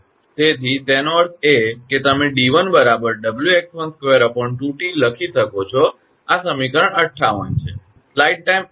તેથી તેનો અર્થ એ કે તમે 𝑑1 𝑊𝑥12 2𝑇 લખી શકો છો આ સમીકરણ 58 છે